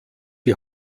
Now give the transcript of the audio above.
die